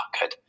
good